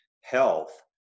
health